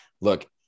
Look